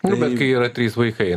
nu bet kai yra trys vaikai